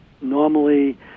Normally